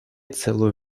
целую